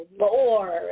Lord